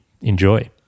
enjoy